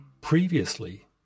previously